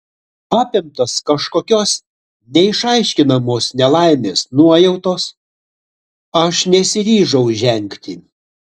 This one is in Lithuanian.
apimtas kažkokios neišaiškinamos nelaimės nuojautos aš nesiryžau žengti